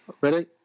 Ready